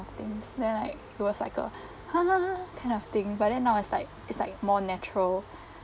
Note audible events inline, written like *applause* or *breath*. of things then like it was like a *breath* *laughs* kind of thing but then now it's like it's like more natural